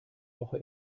woche